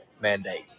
mandate